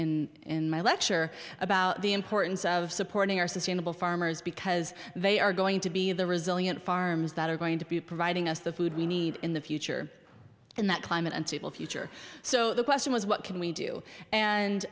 my lecture about the importance of supporting our sustainable farmers because they are going to be the resilient farms that are going to be providing us the food we need in the future and that climate and future so the question is what can we do